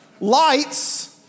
lights